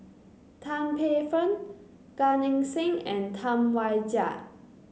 Tan Paey Fern Gan Eng Seng and Tam Wai Jia